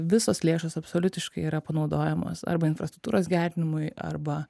visos lėšos absoliutiškai yra panaudojamos arba infrastruktūros gerinimui arba